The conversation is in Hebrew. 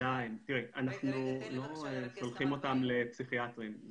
בוודאי, אנחנו לא שולחים אותם לפסיכיאטרים.